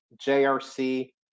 JRC